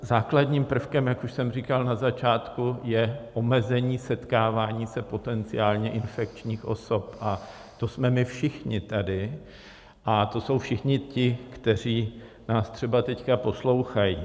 Základním prvkem, jak už jsem říkal na začátku, je omezení setkávání se potenciálně infekčních osob, a to jsme my všichni tady a to jsou všichni ti, kteří nás třeba teď poslouchají.